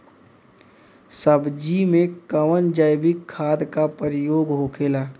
सब्जी में कवन जैविक खाद का प्रयोग होखेला?